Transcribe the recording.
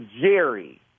Jerry